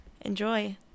Enjoy